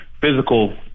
physical